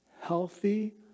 healthy